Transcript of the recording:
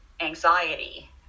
anxiety